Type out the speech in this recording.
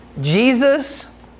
Jesus